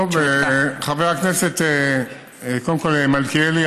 חבר הכנסת קודם כול מלכיאלי,